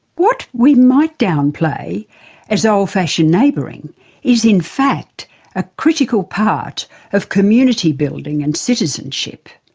what we might downplay as old-fashioned neighbouring is in fact a critical part of community building and citizenship.